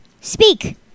Speak